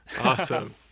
awesome